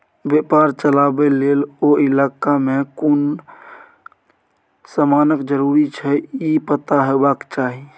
बेपार चलाबे लेल ओ इलाका में कुन समानक जरूरी छै ई पता हेबाक चाही